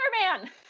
man